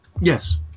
Yes